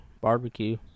barbecue